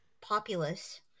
populace